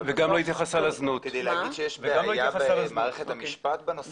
אבל בסוף כדי להגיד שיש בעיה במערכת המשפט בנושא